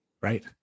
right